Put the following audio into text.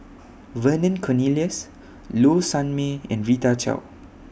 Vernon Cornelius Low Sanmay and Rita Chao